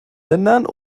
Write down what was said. ländern